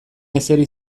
ezeri